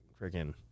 freaking